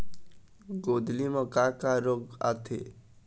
गोंदली म का का रोग आथे?